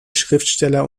schriftsteller